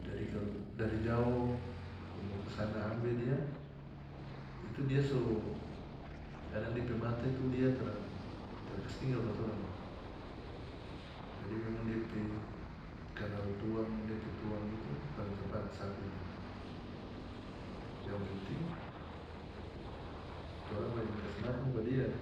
Jadi kalu dari jao kong kasana ambe dia itu dia so kadang dia pe mata tuh lia tara tara kas tinggal pa torang jadi memang depe kanal tuang depe tuang itu paling capat sapi itu yang penting torang rajin kas makan pa dia